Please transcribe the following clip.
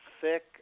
thick